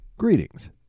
Greetings